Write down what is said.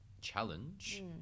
Challenge